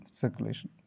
circulation